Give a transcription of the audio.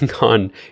on